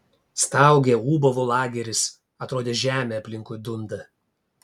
staugė ūbavo lageris atrodė žemė aplinkui dunda